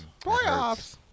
Playoffs